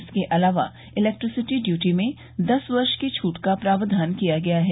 इसके अलावा electricity duty में दस वर्ष की छूट का प्रावधान किया गया है